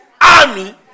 army